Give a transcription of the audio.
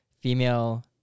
female